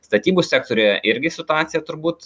statybų sektoriuje irgi situacija turbūt